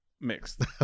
mixed